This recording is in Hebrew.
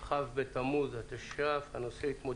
כ' בתמוז התש"ף 12 ביולי 2020. אנחנו נדון התמודדות